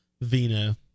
vino